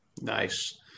Nice